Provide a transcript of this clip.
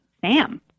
Sam